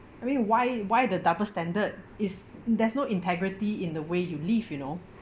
I mean why why the double standard is there's no integrity in the way you live you know